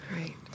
Right